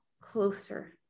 closer